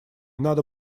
надо